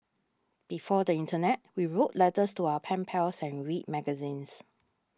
before the internet we wrote letters to our pen pals and read magazines